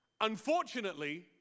Unfortunately